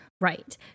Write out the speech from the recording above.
Right